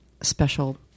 special